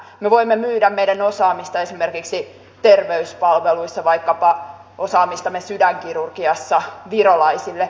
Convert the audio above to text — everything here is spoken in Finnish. me voimme myydä meidän osaamistamme esimerkiksi terveyspalveluissa vaikkapa osaamistamme sydänkirurgiassa virolaisille